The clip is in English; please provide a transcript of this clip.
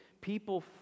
people